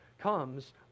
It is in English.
comes